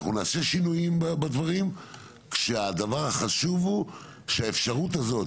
אנחנו נעשה שינויים בדברים כשהדבר החשוב הוא שהאפשרות הזאת,